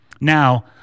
Now